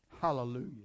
Hallelujah